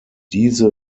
diese